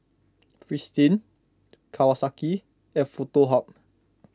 Fristine Kawasaki and Foto Hub